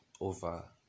over